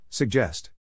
Suggest